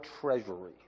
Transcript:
treasury